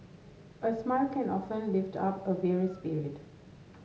a smile can often lift up a weary spirit